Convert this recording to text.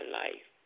life